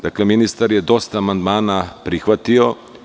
Dakle, ministar je dosta amandmana prihvatio.